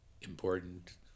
important